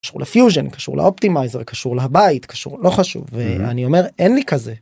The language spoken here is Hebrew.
פיוזן קשור לאופטימייזר קשור לבית קשור לא חשוב ואני אומר אין לי כזה.